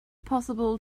possible